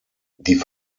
die